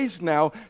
now